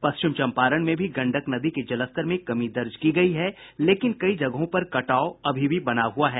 पश्चिम चंपारण में भी गंडक नदी के जलस्तर में कमी दर्ज की गयी है लेकिन कई जगहों पर कटाव अभी भी बना हुआ है